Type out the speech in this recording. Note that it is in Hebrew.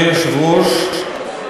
אדוני היושב-ראש,